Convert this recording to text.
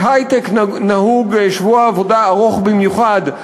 בהיי-טק נהוג שבוע עבודה ארוך במיוחד,